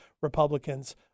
Republicans